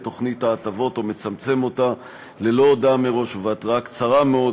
תוכנית ההטבות או מצמצם אותה ללא הודעה מראש ובהתראה קצרה מאוד,